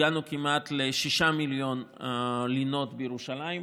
הגענו כמעט ל-6 מיליון לינות בירושלים,